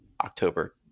October